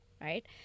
Right